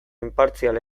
inpartzial